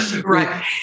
Right